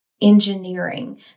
engineering